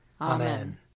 Amen